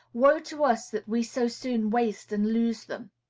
woe to us that we so soon waste and lose them!